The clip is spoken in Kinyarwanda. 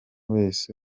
wese